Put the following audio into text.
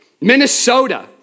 Minnesota